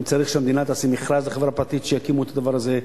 אם צריך שהמדינה תעשה מכרז לחברה פרטית שתקים את הדבר הזה,